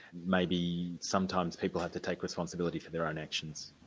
maybe sometimes people have to take responsibility for their own actions.